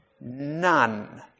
none